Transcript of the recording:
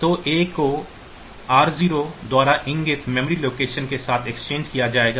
तो A को R0 द्वारा इंगित मेमोरी लोकेशन के साथ एक्सचेंज किया जाएगा